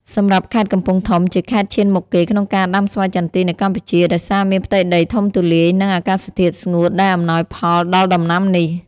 សម្រាប់ខេត្តកំពង់ធំ ជាខេត្តឈានមុខគេក្នុងការដាំស្វាយចន្ទីនៅកម្ពុជា ដោយសារមាន ផ្ទៃដីធំទូលាយ និង អាកាសធាតុស្ងួត ដែលអំណោយផលដល់ដំណាំនេះ។